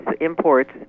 imports